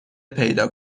پیدا